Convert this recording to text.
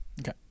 Okay